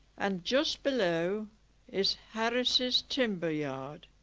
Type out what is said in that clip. and just below is harris's timber yard